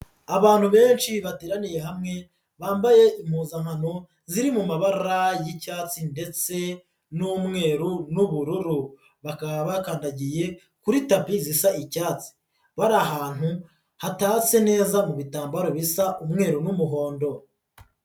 Abantu benshi bateraniye hamwe, bambaye impuzankano ziri mu mabara y'icyatsi ndetse n'umweru n'ubururu. Bakaba bakandagiye kuri tapi zisa icyatsi. Bari ahantu hatatse neza mu bitambaro bisa umweru n'umuhondo.